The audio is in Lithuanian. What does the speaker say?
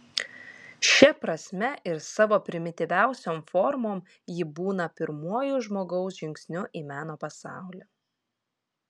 šia prasme ir savo primityviausiom formom ji būna pirmuoju žmogaus žingsniu į meno pasaulį